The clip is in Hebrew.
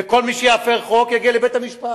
וכל מי שיפר חוק יגיע לבית-המשפט,